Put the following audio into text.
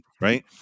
right